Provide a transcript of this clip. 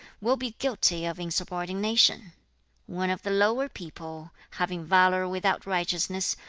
will be guilty of insubordination one of the lower people having valour without righteousness,